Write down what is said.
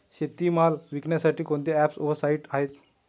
शेतीमाल विकण्यासाठी कोणते ॲप व साईट आहेत?